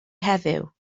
heddiw